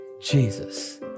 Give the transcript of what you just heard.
Jesus